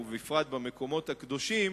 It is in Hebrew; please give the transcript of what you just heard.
ובפרט במקומות הקדושים,